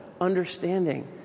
understanding